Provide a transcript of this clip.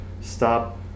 stop